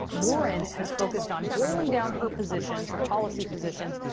warren has focussed on boiling down her positions, her policy positions,